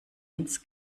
ins